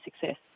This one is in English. success